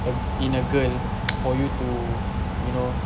uh in a girl for you to you know